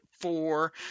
four